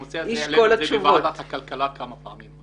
הנושא הזה עלה בוועדת הכלכלה כמה פעמים.